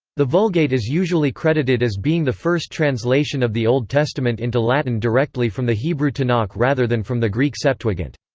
the vulgate is usually credited as being the first translation of the old testament into latin directly from the hebrew tanakh rather than from the greek septuagint.